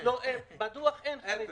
אפס.